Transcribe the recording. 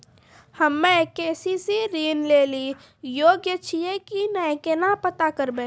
हम्मे के.सी.सी ऋण लेली योग्य छियै की नैय केना पता करबै?